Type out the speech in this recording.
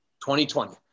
2020